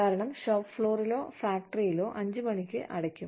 കാരണം ഷോപ്പ് ഫ്ലോറിലോ ഫാക്ടറിയോ 5 മണിക്ക് അടയ്ക്കും